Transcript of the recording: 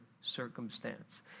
circumstance